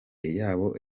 yoba